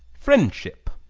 friendship.